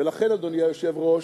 ולכן, אדוני היושב-ראש,